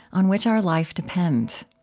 on which our life depends.